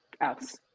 else